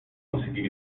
conseguir